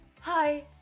Hi